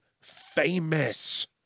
famous